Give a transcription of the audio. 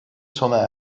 sona